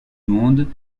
monde